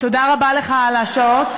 תודה רבה לך על השעות,